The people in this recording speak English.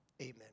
Amen